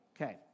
Okay